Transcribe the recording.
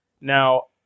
Now